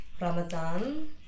Ramadan